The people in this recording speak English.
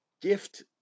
gift